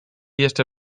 jeszcze